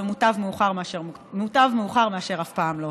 ומוטב מאוחר מאשר אף פעם לא.